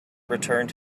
returned